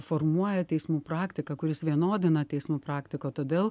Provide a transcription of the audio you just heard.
formuoja teismų praktiką kuris vienodina teismų praktiką todėl